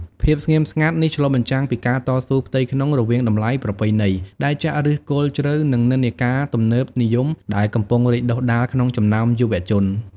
ភាពស្ងៀមស្ងាត់នេះឆ្លុះបញ្ចាំងពីការតស៊ូផ្ទៃក្នុងរវាងតម្លៃប្រពៃណីដែលចាក់ឫសគល់ជ្រៅ និងនិន្នាការទំនើបនិយមដែលកំពុងរីកដុះដាលក្នុងចំណោមយុវជន។